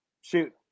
Shoot